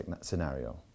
scenario